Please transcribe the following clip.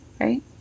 right